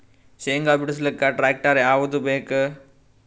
ಶೇಂಗಾ ಬಿಡಸಲಕ್ಕ ಟ್ಟ್ರ್ಯಾಕ್ಟರ್ ಯಾವದ ಬೇಕು?